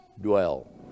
dwell